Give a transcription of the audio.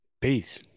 peace